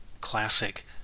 classic